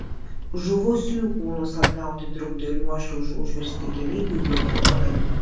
žuvusiųjų kūnus atgauti trukdo ir nuošliaužų užversti keliai bei blogi orai